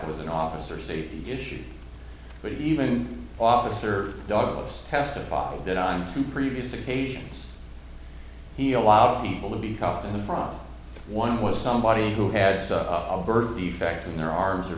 was an officer safety issue but even officer douglas testified that on two previous occasions he allowed people to be caught in the fog one was somebody who had a birth defect in their arms or